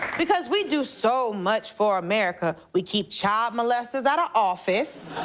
because we do so much for america. we keep child molesters out of office,